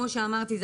כמו שאמרתי,